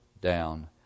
down